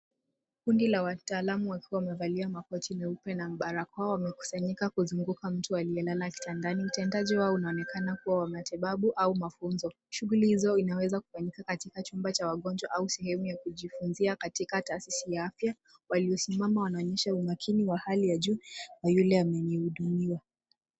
Kundi la wataalam wakiwa wamevalia makoti meupe na barakoa wamekusanyika kuzunguka mtu aliyelala kitandani. Utendaji wao unaonekana kuwa wa matibabu au mafunzo. Shghuli hizo zinaweza kufanyika katika chumba cha wagonjwa au sehemu ya kujifunzia katika taasisi ya afya. Walio simama wanaonyesha umakini wa hali ya juu wa yule anayehudumiwa.